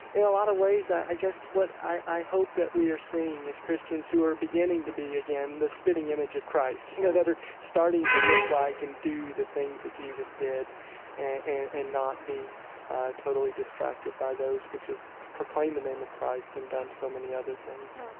in a lot of ways, i guess what i hope that we are seeing is christians who are beginning to be, again, the spitting image of christ, you know, that are starting to look like and do the things that jesus did and not be totally distracted by those which have proclaimed the name of christ and done so many other things